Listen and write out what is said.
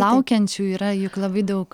laukiančių yra juk labai daug